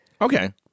Okay